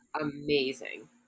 amazing